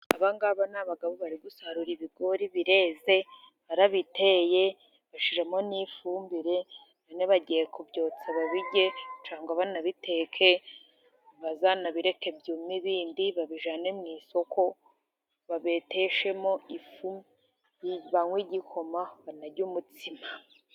Aba ngaba ni abagabo bari gusarura ibigori bireze barabiteye ,bashyiramo n'ifumbire bino bagiye kubyotsa babirye ,cyangwa banabiteke, bazanabireke, ibindi babijyane mu isoko babeteshemo ifu ,banywe igikoma banarye umutsima.